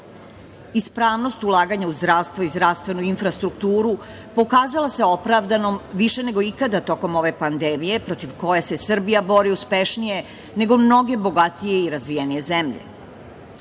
nacije. Ispravnost ulaganja u zdravstvo i zdravstvenu infrastrukturu pokazala se opravdanom više nego ikada tokom ove pandemije protiv koje se Srbija bori uspešnije nego mnoge bogatije i razvijenije zemlje.